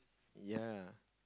ya